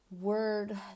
Word